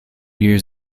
years